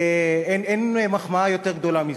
אין מחמאה יותר גדולה מזה.